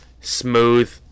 Smooth